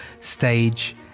stage